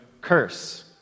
curse